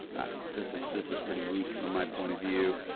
i don't know, this is, this is pretty weak from my point of view.